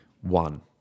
One